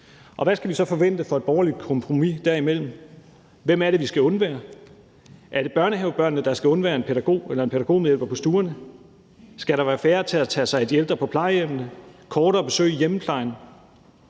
Hvad skal vi så forvente som et borgerligt kompromis derimellem? Hvem er det, vi skal undvære? Er det børnehavebørnene, der skal undvære en pædagog eller en pædagogmedhjælper på stuerne? Skal der være færre til at tage sig af de ældre på plejehjemmene, kortere besøg i hjemmeplejen,